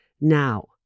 Now